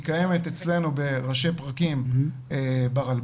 היא קיימת אצלנו בראשי פרקים ברלב"ד,